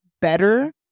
better